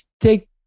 take